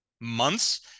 months